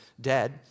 dead